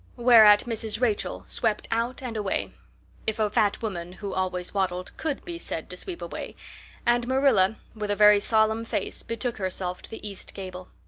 whereat mrs. rachel swept out and away if a fat woman who always waddled could be said to sweep away and marilla with a very solemn face betook herself to the east gable.